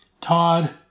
Todd